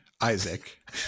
Isaac